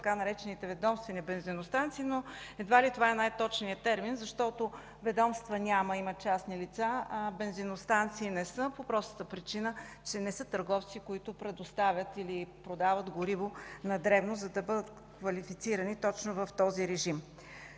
така наречените „ведомствени бензиностанции”, но едва ли това е най-точният термин. Ведомства няма, има частни лица, а бензиностанции не са по простата причина, че не са търговци, които предоставят или продават гориво на дребно, за да бъдат квалифицирани точно в този режим.